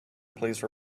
please